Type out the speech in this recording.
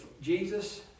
Jesus